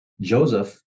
Joseph